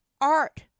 art